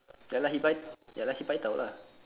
ya lah he pai~ ya lah he paitao lah